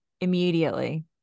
immediately